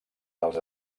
dels